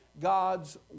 God's